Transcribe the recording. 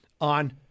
on